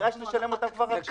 שנדרש לשלם אותן כבר עכשיו.